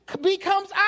becomes